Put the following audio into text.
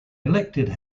elected